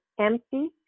Empty